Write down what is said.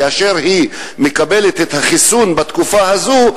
כאשר היא מקבלת את החיסון בתקופה הזאת,